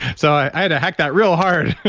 so i had to hack that real hard